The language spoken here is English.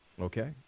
Okay